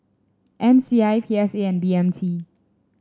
M C I P S A and B M T